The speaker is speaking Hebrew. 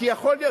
כי יכול להיות,